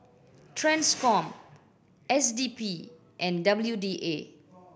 Transcom S D P and W D A